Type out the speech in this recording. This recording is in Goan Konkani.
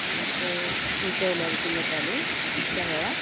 आनीक उल्टी आयल्या बशीन जाताली त्या वेळार